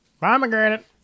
Pomegranate